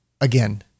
Again